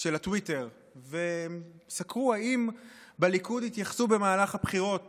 של הטוויטר וסקרו אם בליכוד התייחסו במהלך הבחירות